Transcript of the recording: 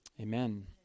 Amen